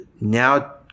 now